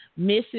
Mrs